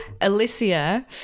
Alicia